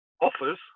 offers